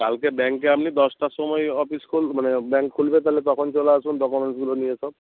কালকে ব্যাঙ্কে আপনি দশটার সময় অফিস খুল মানে ব্যাঙ্ক খুলবে তাহলে তখন চলে আসুন ডকুমেন্টসগুলো নিয়ে সব